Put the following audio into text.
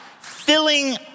filling